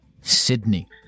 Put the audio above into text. Sydney